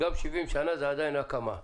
גם 70 שנה זה עדיין הקמה,